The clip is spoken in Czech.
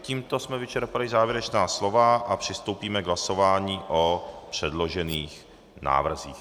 Tímto jsme vyčerpali závěrečná slova a přistoupíme k hlasování o předložených návrzích.